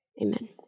Amen